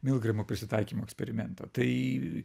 milgrimo prisitaikymo eksperimentą tai